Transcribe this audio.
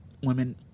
women